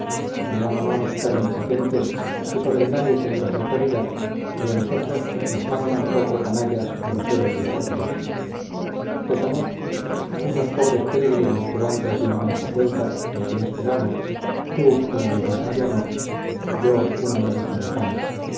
veámonos tan impotentes que sobre nadie tenemos autoridad y a nosotros nos mandan cuatro canallas groseros y estúpidos qué somos unos pobres peregrinos que van tras de una monja suelta de quien esperamos tú una limosna de amor yo una limosna de pan